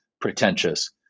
pretentious